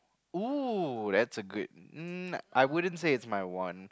!woo! that's a great um I wouldn't say it's my want